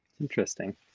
interesting